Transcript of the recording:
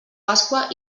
pasqua